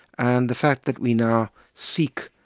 and the fact that we now seek,